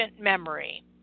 memory